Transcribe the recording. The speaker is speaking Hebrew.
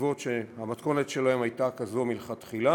ישיבות שהמתכונת שלהן הייתה כזאת מלכתחילה,